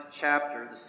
chapter